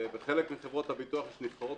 בחלק מחברות הביטוח נבחרות